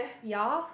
ya